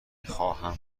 خواهم